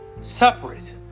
separate